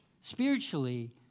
spiritually